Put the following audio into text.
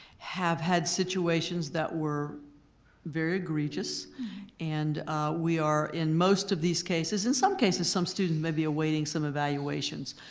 have had situations that were very egregious and we are in most of these cases, in some cases some student may be awaiting some evaluations